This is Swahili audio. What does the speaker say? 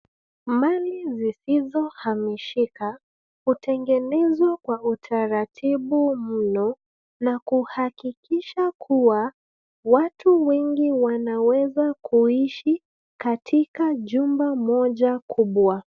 Mali zisizo hamishika, hutengenezwa kwa utaratibu mno na kuhakikisha kuwa, watu wengi wanaweza kuishi katika jumba moja kubwa.